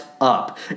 up